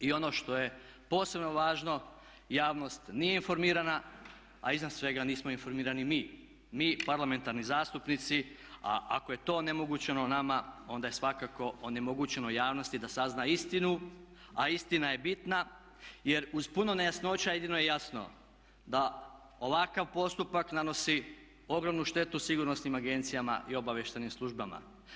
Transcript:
I ono što je posebno važno javnost nije informirana a iznad svega nismo informirani mi, mi parlamentarni zastupnici a ako je to onemogućeno nama onda je svakako onemogućeno javnosti da sazna istinu a istina je bitna jer uz puno nejasnoća jedino je jasno da ovakav postupak nanosi ogromnu štetu sigurnosnim agencijama i obavještajnim službama.